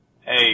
Hey